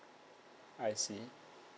I see